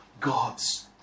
God's